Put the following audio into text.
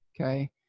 okay